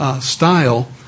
style